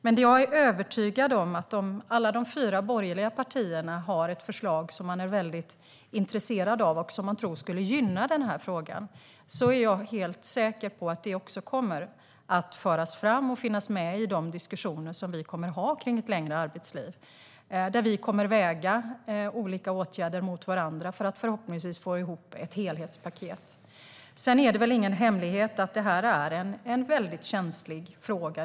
Jag är dock övertygad om att om alla de fyra borgerliga partierna har ett förslag som man är väldigt intresserad av och som man tror skulle gynna den här frågan så kommer det också att föras fram och finnas med i de diskussioner som vi kommer att ha kring ett längre arbetsliv. Där kommer vi att väga olika åtgärder mot varandra för att förhoppningsvis få ihop ett helhetspaket. Sedan är det väl ingen hemlighet att detta är en väldigt känslig fråga.